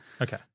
Okay